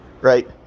right